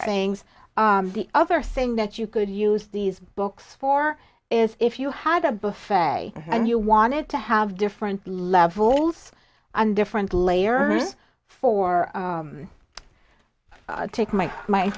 things the other thing that you could use these books for is if you had a buffet and you wanted to have different levels and different layer for take my my